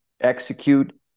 execute